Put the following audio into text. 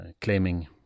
claiming